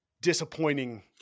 disappointing